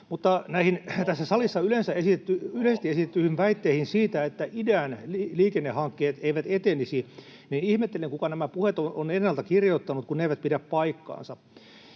Oho!] Tässä salissa yleisesti esitettyihin väitteisiin siitä, että idän liikennehankkeet eivät etenisi: Ihmettelen, kuka nämä puheet on ennalta kirjoittanut, kun ne eivät pidä paikkaansa.